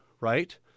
right